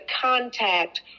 contact